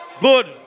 Good